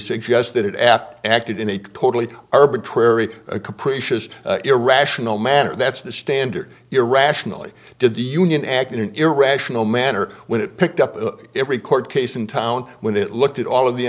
suggested it as acted in a totally arbitrary capricious irrational manner that's the standard irrationally did the union act in an irrational manner when it picked up every court case in town when it looked at all of the